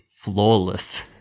Flawless